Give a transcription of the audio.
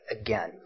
again